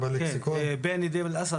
בין דיר אל-אסד,